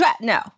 no